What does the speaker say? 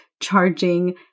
charging